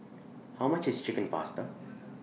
How much IS The Chicken Pasta